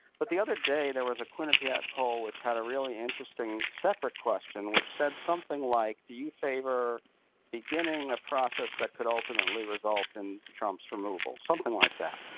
but the other day, there was a quinnipiac poll which had a really interesting separate question, which said something like, do you favor beginning a process that could ultimately result in trump's removal? something like that.